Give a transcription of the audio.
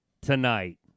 tonight